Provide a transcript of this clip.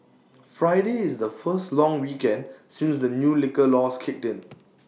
Friday is the first long weekend since the new liquor laws kicked in